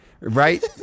Right